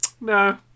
No